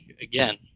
again